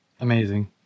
Amazing